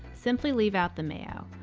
simply leave out the mayo,